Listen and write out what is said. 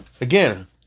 again